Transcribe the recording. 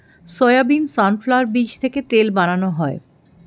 soybean, sunflower বীজ থেকে তেল বানানো হয়